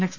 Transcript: X